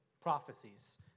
Prophecies